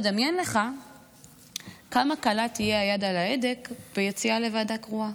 תדמיין לך כמה קלה תהיה היד על ההדק ביציאה לוועדה קרואה.